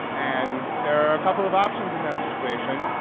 and there are a couple of options in that situation.